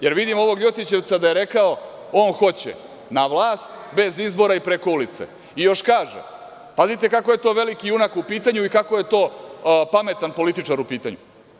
Jer vidim ovog ljotićevca da je rekao, on hoće na vlast bez izbora i preko ulice i još kaže, pazite kako je to veliki junak u pitanju i kako je to pametan političar u pitanju.